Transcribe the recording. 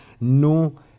no